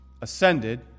ascended